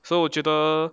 so 我觉得